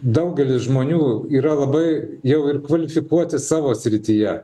daugelis žmonių yra labai jau ir kvalifikuoti savo srityje